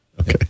Okay